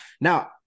Now